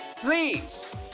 Please